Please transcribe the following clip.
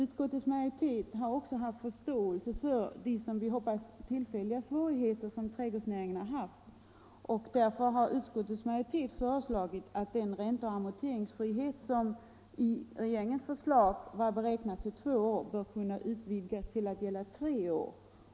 Utskottets majoritet har också haft förståelse för de, som vi hoppas, tillfälliga svårigheter som trädgårdsnäringen haft, och därför har utskottets majoritet föreslagit att den ränteoch amorteringsfrihet som i regeringens förslag var beräknad till två år bör kunna utvidgas till att gälla tre år.